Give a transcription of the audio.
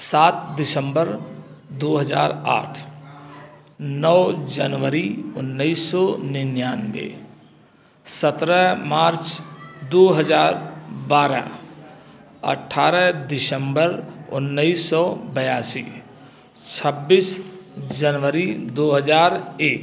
सात दिसम्बर दो हजार आठ नौ जनवरी उन्नीस सौ निन्यानबे सत्रह मार्च दो हजार बारह अठारह दिसम्बर उन्नीस सौ बयासी छब्बीस जनवरी दो हजार एक